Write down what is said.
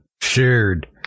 shared